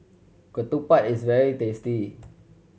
ketupat is very tasty